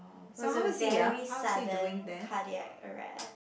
was a very sudden cardiac arrest